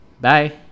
bye